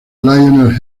lionel